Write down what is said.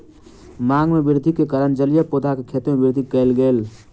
मांग में वृद्धि के कारण जलीय पौधा के खेती में वृद्धि कयल गेल